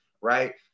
right